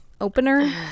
opener